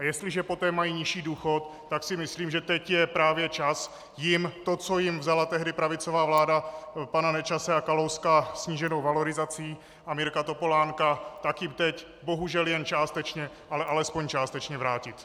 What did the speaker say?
Jestliže poté mají nižší důchod, tak si myslím, že teď je právě čas jim to, co jim vzala tehdy pravicová vláda pana Nečase a Kalouska sníženou valorizací, a Mirka Topolánka, teď bohužel jen částečně, ale alespoň částečně vrátit.